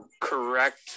correct